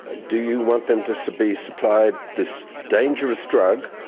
do you want them to so be supplied this dangerous drug,